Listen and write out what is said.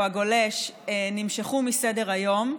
-- או הגולש, נמשכו מסדר-היום.